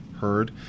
heard